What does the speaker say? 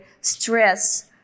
stress